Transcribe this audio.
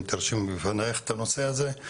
אם תרשמי לפניך את הנושא הזה,